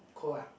cold ah